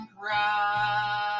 cry